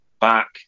back